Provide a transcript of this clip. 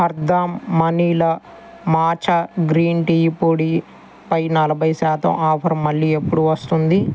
హర్దామ్ మనీలా matcha green tea పొడి పై నలభై శాతం ఆఫర్ మళ్ళీ ఎప్పుడు వస్తుంది